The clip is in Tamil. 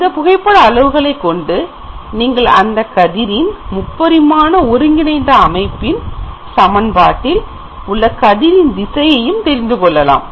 இந்த புகைப்பட அளவுகளைக் கொண்டு நீங்கள் அந்த கதிரின் முப்பரிமாண ஒருங்கிணைந்த அமைப்பின் சமன்பாட்டில் உள்ள கதிரின் திசையையும் அறிந்துகொள்ளலாம்